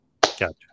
Gotcha